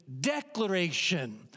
declaration